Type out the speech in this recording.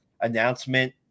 announcement